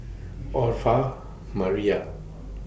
Orpha Mariah